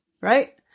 Right